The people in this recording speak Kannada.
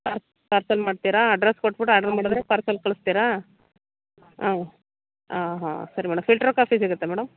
ಪಾರ್ಸ್ ಪಾರ್ಸೆಲ್ ಮಾಡ್ತೀರಾ ಅಡ್ರಸ್ಸ್ ಕೊಟ್ಬಿಟ್ಟು ಆರ್ಡ್ರು ಮಾಡಿದ್ರೆ ಪಾರ್ಸೆಲ್ ಕಳಿಸ್ತೀರಾ ಹಾಂ ಹಾಂ ಹಾಂ ಸರಿ ಮೇಡಮ್ ಫಿಲ್ಟರ್ ಕಾಫಿ ಸಿಗುತ್ತಾ ಮೇಡಮ್